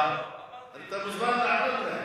אתה מוזמן לענות להם,